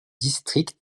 district